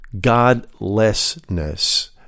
Godlessness